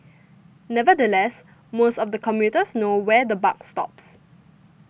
nevertheless most of the commuters know where the buck stops